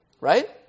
right